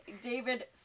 David